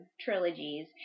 trilogies